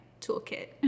toolkit